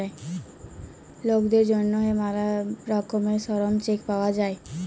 লকদের জ্যনহে ম্যালা রকমের শরম চেক পাউয়া যায়